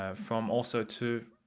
ah from also too